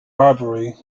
robbery